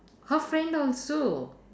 her friend also